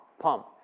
Pump